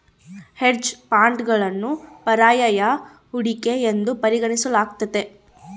hedge ಫಂಡ್ಗಳನ್ನು ಪರ್ಯಾಯ ಹೂಡಿಕೆ ಎಂದು ಪರಿಗಣಿಸಲಾಗ್ತತೆ